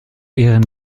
ihren